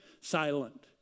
silent